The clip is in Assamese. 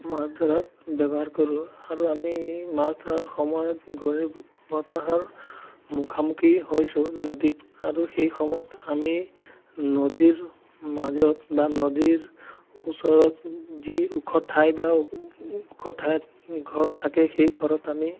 মাছ ধৰাত ব্যৱহাৰ কৰোঁ আৰু আমি মাছ ধৰাৰ সময়ত গৈ বতাহৰ মুখামুখি হৈছোঁ নদীত আৰু সেই সময়ত আমি নদীৰ মাজত বা নদীৰ ওচৰত যি ওখ ঠাই বা ওখ ঠাইত ঘৰ থাকে সেই ঘৰত আমি